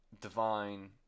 Divine